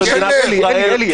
--- קלנר ------ אלי,